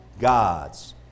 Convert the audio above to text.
God's